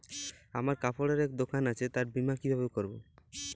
আমার কাপড়ের এক দোকান আছে তার বীমা কিভাবে করবো?